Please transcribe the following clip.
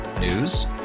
News